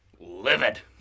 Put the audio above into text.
livid